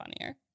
funnier